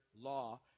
law